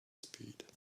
speed